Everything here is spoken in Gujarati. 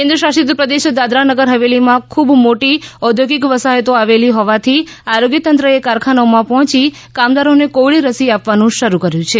કેન્દ્ર શાસીત પ્રદેશ દાદરા નગર હવેલીમાં ખૂબ મોટી ઔધ્યોગિક વસાહતો આવેલી હોવાથી આરોગ્ય તંત્ર એ કારખાનાઓમાં પહોંચી કામદારો ને કોવિડ રસી આપવાનું શરૂ કર્યું છે